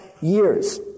years